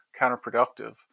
counterproductive